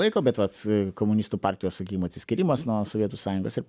laiko bet vat komunistų partijos sakim atsiskyrimas nuo sovietų sąjungos ir